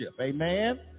amen